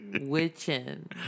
witching